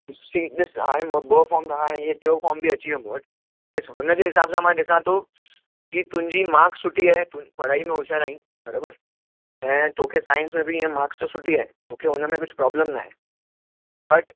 C ॾिसु हाणे ॿ फॉर्म त हाणे टियों फॉर्म बि अची वियो मूं वटि ॾिसु हुनजे हिसाबु सां मां ॾिसां थो की तुंहिंजी मार्क्स सुठी आहे तूं पढ़ाई में होशियारु आहीं बरोबर ऐं तोखे साइंस में बि इएं मार्क्स त सुठी आहे तोखे हुन में कुझु प्रोब्लम न आहे बट